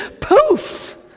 Poof